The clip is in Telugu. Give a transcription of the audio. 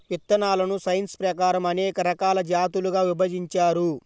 విత్తనాలను సైన్స్ ప్రకారం అనేక రకాల జాతులుగా విభజించారు